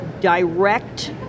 direct